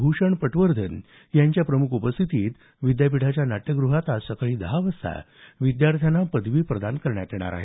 भूषण पटवर्धन यांच्या प्रमुख उपस्थितीत विद्यापीठाच्या नाट्यग्रहात आज सकाळी दहा वाजता विद्यार्थ्यांना पदवी प्रदान करण्यात येणार आहेत